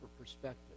perspective